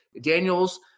Daniels